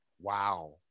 Wow